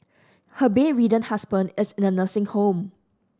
her bedridden husband is in a nursing home